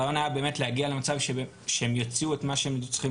הרעיון היה באמת להגיע למצב שהם יוציאו את מה שהם צריכים